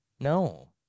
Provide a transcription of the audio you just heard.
no